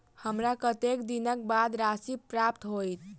हमरा कत्तेक दिनक बाद राशि प्राप्त होइत?